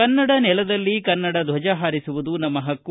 ಕನ್ನಡ ನೆಲದಲ್ಲಿ ಕನ್ನಡ ಧ್ವಜ ಹಾರಿಸುವುದು ನಮ್ಮ ಹಕ್ಕು